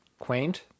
quaint